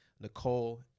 Nicole